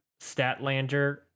Statlander